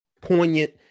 poignant